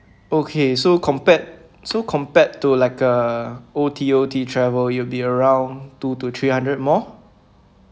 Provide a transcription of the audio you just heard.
okay so compared so compared to like a O_T_O_T travel you'll be around two to three hundred more